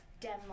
Demo